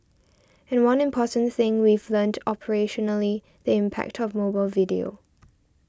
and one important thing we've learnt operationally the impact of mobile video